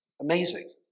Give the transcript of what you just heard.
Amazing